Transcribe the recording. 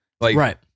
Right